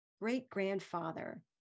great-grandfather